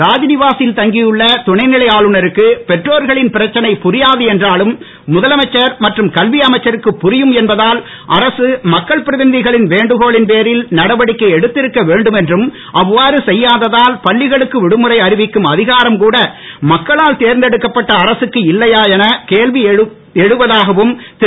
ராஜ்நிவாசில் தங்கியுள்ள துணைநிலை ஆளுநருக்கு பெற்றோர்களின் பிரச்னை புரியாது என்றாலும் முதலமைச்சர் மற்றும் கல்வி அமைச்சருக்கு புரியும் என்பதால் அரசு மக்கள் பிரதிநிதிகளின் வேண்டுகோளின் பேரில் நடவடிக்கை எடுத்திருக்க வேண்டும் என்றும் அவ்வாறு செய்யாததால் பள்ளிகளுக்கு விடுமுறை அறிவிக்கும் அதிகாரம் கூட மக்களால் தேர்ந்தெடுக்கப்பட்ட அரசுக்கு இல்லையா என கேள்வி எழுவதாகவும் திரு